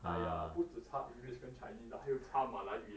!aiya! 不只禅 english 跟 chinese lah 还有禅马来语也是